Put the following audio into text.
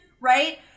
right